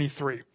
23